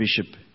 bishop